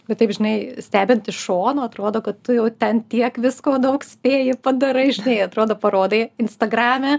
bet taip žinai stebint iš šono atrodo kad tu jau ten tiek visko daug spėji padarai žinai atrodo parodai instagrame